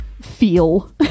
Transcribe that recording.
feel